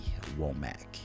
Womack